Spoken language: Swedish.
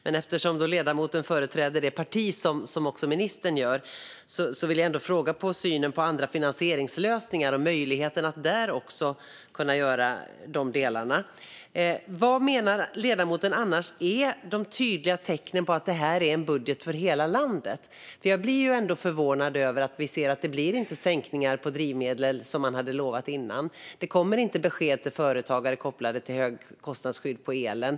Men eftersom ledamoten företräder samma parti som ministern vill jag ändå fråga om synen på andra finansieringslösningar och möjligheten att där också kunna göra de här delarna. Vad menar ledamoten annars är de tydliga tecknen på att detta är en budget för hela landet? Jag blir förvånad över att det inte blir sänkningar på drivmedel som man hade lovat förut. Det kommer inte heller besked till företagare om högkostnadsskydd på elen.